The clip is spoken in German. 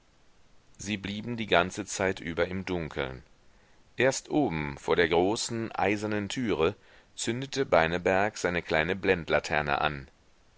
sie blieben die ganze zeit über im dunkeln erst oben vor der großen eisernen türe zündete beineberg seine kleine blendlaterne an